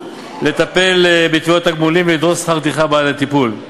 לטפל בתביעות תגמולים ולדרוש שכר טרחה בעד הטיפול.